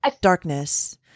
darkness